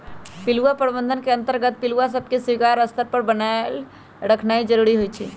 पिलुआ प्रबंधन के अंतर्गत पिलुआ सभके स्वीकार्य स्तर पर बनाएल रखनाइ जरूरी होइ छइ